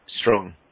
strong